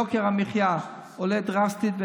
יוקר המחיה עולה דרסטית,